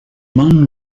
man